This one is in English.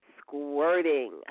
squirting